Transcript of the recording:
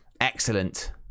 Excellent